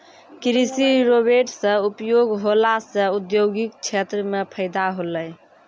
कृषि रोवेट से उपयोग होला से औद्योगिक क्षेत्र मे फैदा होलै